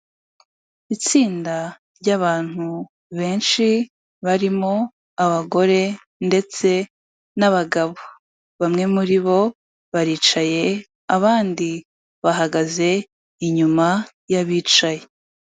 Itsinda ry'abantu benshi, barimo abagore ndetse n'abagabo. Bamwe muri bo baricaye, abandi bahagaze inyuma y'abicaye.